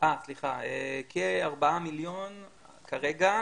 כארבעה מיליון כרגע,